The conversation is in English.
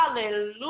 Hallelujah